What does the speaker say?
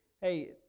hey